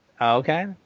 Okay